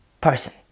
person